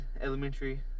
Elementary